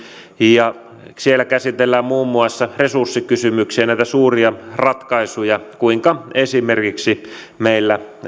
ja siellä käsitellään muun muassa resurssikysymyksiä näitä suuria ratkaisuja kuinka esimerkiksi meillä